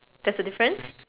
there's a difference